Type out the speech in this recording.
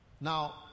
Now